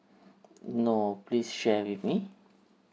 no please share with me